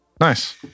Nice